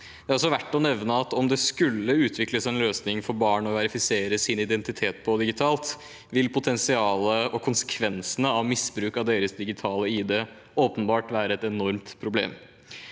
Det er også verdt å nevne at om det skulle utvikles en løsning for barn for å verifisere sin identitet digitalt, vil potensialet og konsekvensene av misbruk av barnets digitale ID åpenbart være et enormt